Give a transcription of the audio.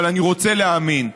אבל אני רוצה להאמין,